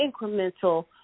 incremental